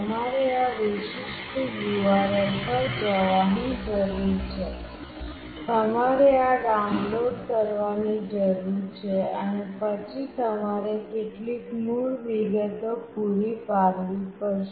તમારે આ વિશિષ્ટ URL પર જવાની જરૂર છે તમારે આ ડાઉનલોડ કરવાની જરૂર છે અને પછી તમારે કેટલીક મૂળ વિગતો પૂરી પાડવી પડશે